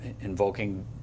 invoking